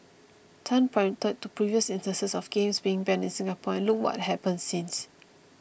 Tan pointed to previous instances of games being banned in Singapore and look what has happened since